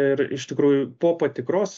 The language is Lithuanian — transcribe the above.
ir iš tikrųjų po patikros